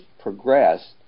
progressed